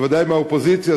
בוודאי מהאופוזיציה,